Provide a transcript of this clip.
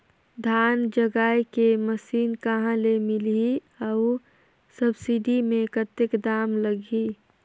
धान जगाय के मशीन कहा ले मिलही अउ सब्सिडी मे कतेक दाम लगही?